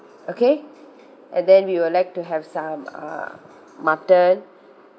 okay and then we would like to have some uh mutton